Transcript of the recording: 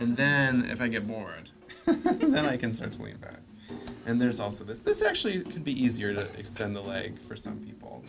and then if i get more and then i can certainly about and there's also this this actually can be easier to extend the leg for some people